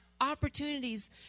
opportunities